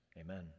Amen